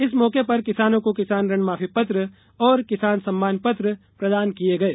इस मौके पर किसानों को किसान ऋण माफी पत्र और किसान सम्मान पत्र प्रदान किये गये